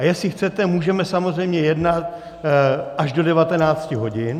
Jestli chcete, můžeme samozřejmě jednat až do 19 hodin.